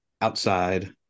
outside